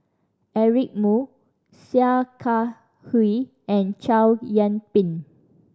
Eric Moo Sia Kah Hui and Chow Yian Ping